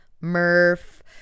Murph